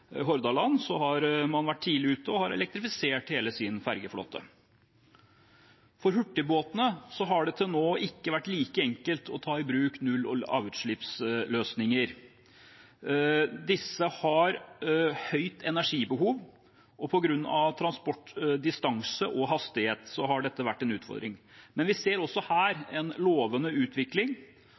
Hordaland, har man vært tidlig ute og elektrifisert hele sin ferjeflåte. For hurtigbåtene har det til nå ikke vært like enkelt å ta i bruk null- og lavutslippsløsninger. Disse har høyt energibehov, og på grunn av transportdistanse og hastighet har dette vært en utfordring. Men vi ser også her en lovende utvikling.